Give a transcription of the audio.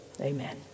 Amen